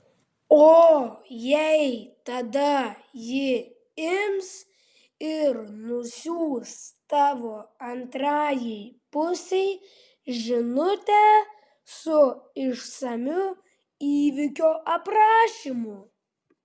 o jei tada ji ims ir nusiųs tavo antrajai pusei žinutę su išsamiu įvykio aprašymu